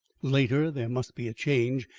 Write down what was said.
later, there must be a change.